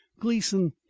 Gleason